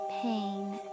pain